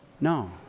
No